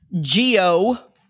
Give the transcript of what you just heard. geo